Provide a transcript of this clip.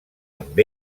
amb